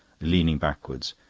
leaning backwards,